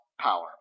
power